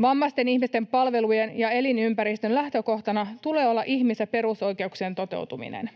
Vammaisten ihmisten palvelujen ja elinympäristön lähtökohtana tulee olla ihmis- ja perusoikeuksien toteutuminen.